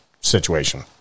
situation